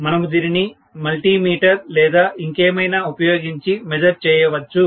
మనము దీనిని మల్టిమీటర్ లేదాఇంకేమైనా ఉపయోగించి మెజర్ చేయొచ్చు